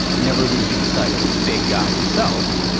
never losing sight of the big guy himself.